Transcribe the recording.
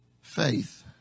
Faith